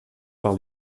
par